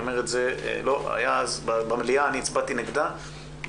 במליאה הצבעתי נגדה,